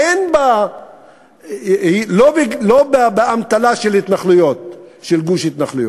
שהיא לא באמתלה של גוש התנחלויות,